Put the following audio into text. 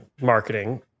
marketing